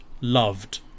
loved